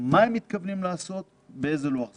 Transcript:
מה הם מתכוונים לעשות ובאיזה לוח זמנים.